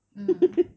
mm